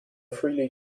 freely